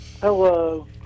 Hello